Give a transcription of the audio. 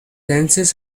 lenses